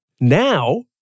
Now